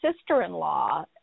sister-in-law